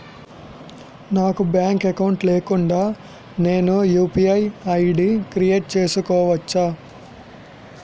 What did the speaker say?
నాకు bank account లేకుండా నేను యు.పి.ఐ ఐ.డి క్రియేట్ చేసుకోవచ్చా?